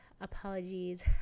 apologies